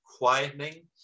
quietening